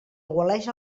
aigualeix